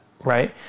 right